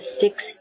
six